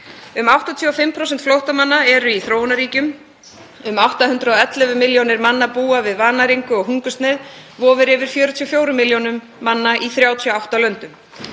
Um 85% flóttamanna eru í þróunarríkjum. Um 811 milljónir manna búa við vannæringu og hungursneyð vofir yfir 44 milljónum í 38 löndum.